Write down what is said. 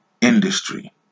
industry